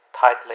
tightly